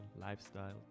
lifestyle